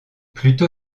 pluto